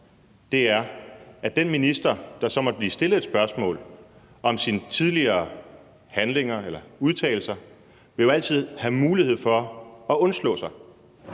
for, er, at den minister, der så måtte blive stillet et spørgsmål om sine tidligere handlinger eller udtalelser, altid vil have mulighed for at undslå sig.